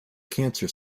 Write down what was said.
cancer